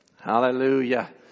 Hallelujah